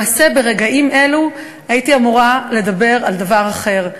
למעשה, ברגעים אלו הייתי אמורה לדבר על דבר אחר.